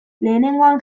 lehenengoan